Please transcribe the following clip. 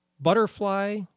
butterfly